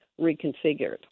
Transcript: reconfigured